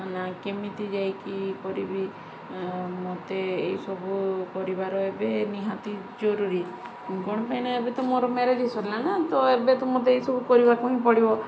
ନା କେମିତି ଯାଇକି କରିବି ମୋତେ ଏଇସବୁ କରିବାର ଏବେ ନିହାତି ଜରୁରୀ କ'ଣ ପାଇଁ ନା ଏବେ ତ ମୋର ମ୍ୟାରେଜ୍ ସରିଲା ନା ତ ଏବେ ତ ମୋତେ ଏସବୁ କରିବାକୁ ହିଁ ପଡ଼ିବ